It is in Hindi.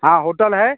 हाँ होटल है